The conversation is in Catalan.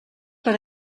per